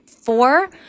four